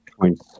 points